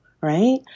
right